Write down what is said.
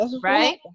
Right